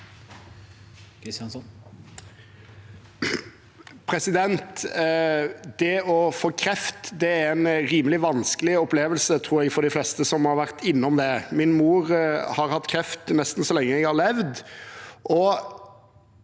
kreft tror jeg er en rimelig vanskelig opplevelse for de fleste som har vært innom det. Min mor har hatt kreft nesten så lenge jeg har levd.